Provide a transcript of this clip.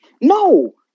No